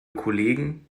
kollegen